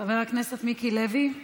חבר הכנסת מיקי לוי,